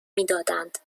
میدادند